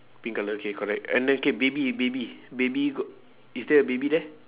pink colour K correct and then K baby baby baby is there a baby there